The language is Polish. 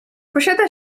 posiada